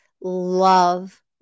love